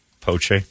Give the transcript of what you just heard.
Poche